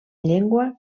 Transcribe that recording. llengua